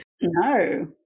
no